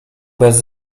bez